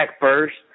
first